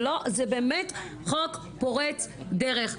זה באמת חוק פורץ דרך.